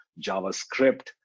JavaScript